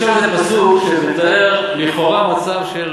יש לנו פסוק שמתאר לכאורה מצב של